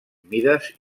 mides